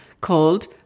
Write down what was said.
called